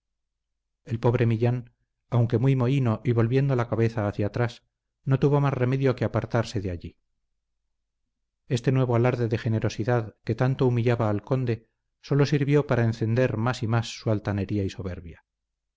el pobre millán aunque muy mohíno y volviendo la cabeza hacia atrás no tuvo más remedio que apartarse de allí este nuevo alarde de generosidad que tanto humillaba al conde sólo sirvió para encandecer más y más su altanería y soberbia